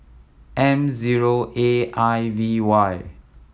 M zero A I V Y